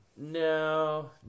No